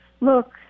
look